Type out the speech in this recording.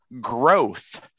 growth